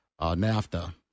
NAFTA